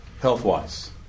health-wise